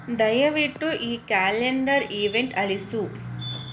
ದಯವಿಟ್ಟು ಈ calendar event ಅಳಿಸು